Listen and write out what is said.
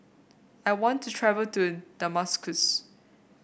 I want to travel to Damascus